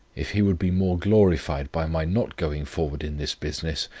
if he would be more glorified by my not going forward in this business,